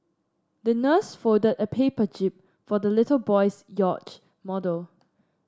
the nurse folded a paper jib for the little boy's yacht model